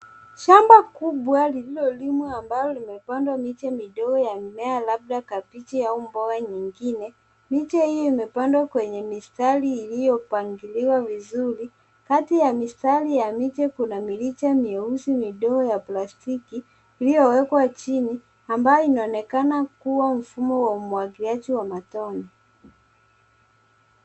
Shamba kubwa lililolimwa ambalo limepandwa miti midogo ya mimea labda kabichi au mboga nyingine. Miche hiyo imepandwa kwenye mistari iliyopangiliwa vizuri, kati ya mistari ya miche, kuna miriche myeusi midogo ya plastiki, iliyowekwa chini, ambayo inaonekana kuwa mfumo wa umwagiliaji wa matone.